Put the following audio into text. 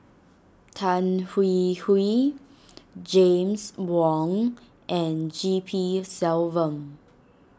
Tan Hwee Hwee James Wong and G P Selvam